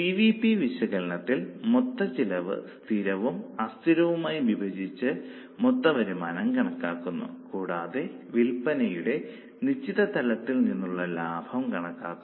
C V P വിശകലനത്തിൽ മൊത്ത ചിലവ് സ്ഥിരവും അസ്ഥിരവും ആയി വിഭജിച്ച് മൊത്തവരുമാനം കണക്കാക്കുന്നു കൂടാതെ വിൽപ്പനയുടെ നിശ്ചിത തലങ്ങളിൽ നിന്നുള്ള ലാഭം കണക്കാക്കുന്നു